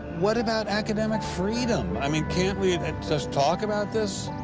what about academic freedom? i mean, can't we and and just talk about this?